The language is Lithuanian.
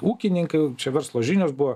ūkininkai čia verslo žinios buvo